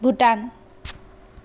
Bhutan